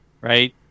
right